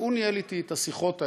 והוא ניהל אתי את השיחות האלה: